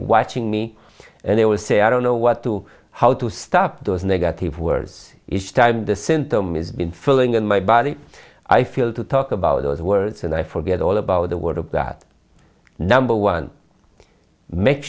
watching me and they will say i don't know what to how to stop those negative words it's time the symptom is been filling in my body i feel to talk about those words and i forget all about the word of that number one make